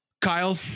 kyle